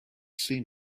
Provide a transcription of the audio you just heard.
seen